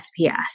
SPS